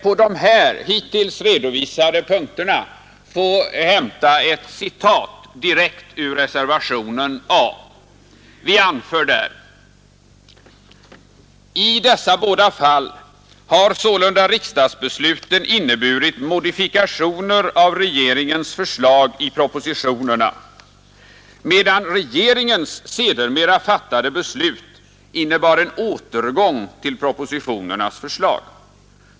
Låt mig beträffande de hittills redovisade punkterna citera direkt ur 109 ”I dessa båda fall har sålunda riksdagsbesluten inneburit modifikationer av regeringens förslag i propositionerna, medan regeringens sedermera fattade beslut innebar en återgång till propositionernas förslag.